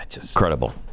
Incredible